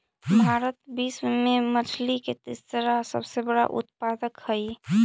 भारत विश्व में मछली के तीसरा सबसे बड़ा उत्पादक हई